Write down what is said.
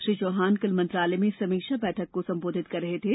श्री चौहान कल मंत्रालय में समीक्षा बैठक को संबोधित कर रहे थे